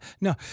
No